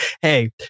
Hey